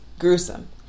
gruesome